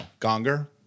Gonger